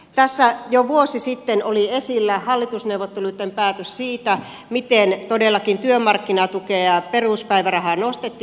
tässä jo vuosi sitten oli esillä hallitusneuvotteluitten päätös siitä miten todellakin työmarkkinatukea ja peruspäivärahaa nostettiin